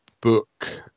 book